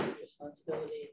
responsibility